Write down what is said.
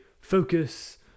focus